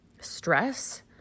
stress